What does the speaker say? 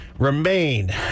Remain